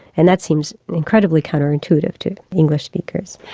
and that seems incredibly counterintuitive to english speakers.